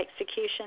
execution